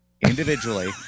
individually